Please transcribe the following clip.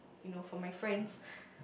you know for my friends